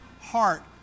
heart